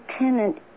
Lieutenant